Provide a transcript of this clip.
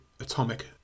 atomic